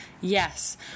yes